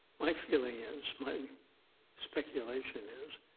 my feeling is, my speculation is,